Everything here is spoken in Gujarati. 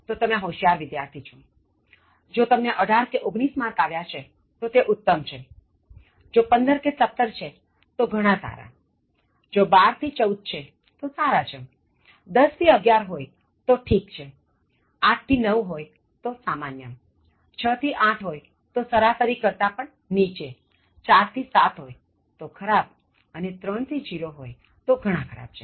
તો તમે હોંશિયાર વિદ્યાર્થી છો જો તમને 18 કે 19 માર્ક આવ્યા છે તો તે ઉત્તમ છેજો 15 કે 17 છે તો ઘણાં સારાજો 12 થી 14 છે તો સારા છે 10 થી 11 હોય તો ઠીક છે8 થી 9 હોય તો સામાન્ય6 થી 8 હોય તોસરાસરી કરતા પણ નીચે4 થી 7 હોય તો ખરાબ અને 3 થી 0 હોય તો ઘણા ખરાબ છે